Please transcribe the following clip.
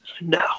No